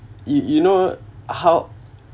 you you know how